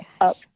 up